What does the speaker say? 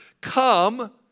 Come